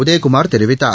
உதயகுமார் தெரிவித்தார்